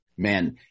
Man